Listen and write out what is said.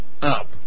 up